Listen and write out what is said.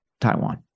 Taiwan